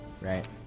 right